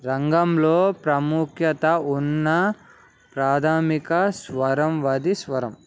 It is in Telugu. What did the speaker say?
రంగంలో ప్రాముఖ్యత ఉన్న ప్రాధామిక స్వరం వది స్వరం